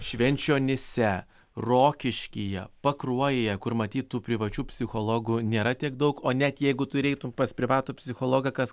švenčionyse rokiškyje pakruojyje kur matyt tų privačių psichologų nėra tiek daug o net jeigu tu ir eitum pas privatų psichologą kas